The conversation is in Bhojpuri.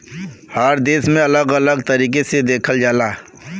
हर देश में अलग अलग तरीके से देखल जाला